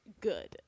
good